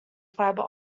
fiber